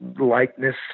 likeness